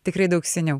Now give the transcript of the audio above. tikrai daug seniau